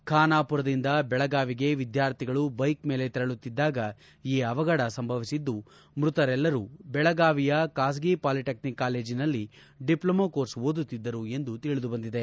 ಖಾನಾಪುರದಿಂದ ಬೆಳಗಾವಿಗೆ ವಿದ್ಯಾರ್ಥಿಗಳು ಬೈಕ್ ಮೇಲೆ ತೆರಳುತ್ತಿದ್ದಾಗ ಈ ಅವಘಡ ಸಂಭವಿಸಿದ್ದು ಮೃತರೆಲ್ಲರೂ ಬೆಳಗಾವಿಯ ಖಾಸಗಿ ಪಾಲಿಟೆಕ್ನಿಕ್ ಕಾಲೇಜ್ನಲ್ಲಿ ಡಿಪ್ಲೊಮಾ ಕೋರ್ಸ್ ಓದುತ್ತಿದ್ದರು ಎಂದು ತಿಳಿದಿಬಂದಿದೆ